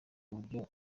uburyo